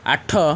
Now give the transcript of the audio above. ଆଠ